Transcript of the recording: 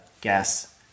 gas